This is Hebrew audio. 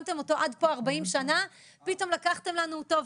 שמתם אותו 40 שנה ופתאום לקחתם לנו אותו.